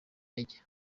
ntege